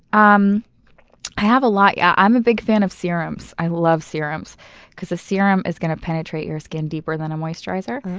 um i have a yeah i'm a big fan of serums. i love serums because a serum is going to penetrate your skin deeper than a moisturizer.